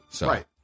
Right